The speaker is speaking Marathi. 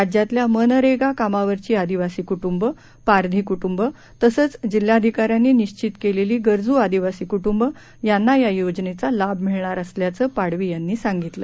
राज्यातल्या मनरेगा कामावरची आदिवासी कूटुंबं पारधी कूटुंबं तसेच जिल्हाधिकाऱ्यानी निश्चित केलेली गरजू आदिवासी कुटुंब यांना या योजनेचा लाभ मिळणार असल्याचं पाडवी यांनी सांगितलं